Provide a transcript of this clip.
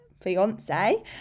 fiance